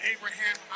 Abraham